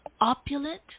opulent